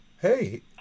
hey